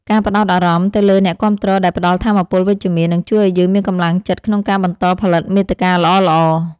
ការផ្ដោតអារម្មណ៍ទៅលើអ្នកគាំទ្រដែលផ្ដល់ថាមពលវិជ្ជមាន នឹងជួយឱ្យយើងមានកម្លាំងចិត្តក្នុងការបន្តផលិតមាតិកាល្អៗ។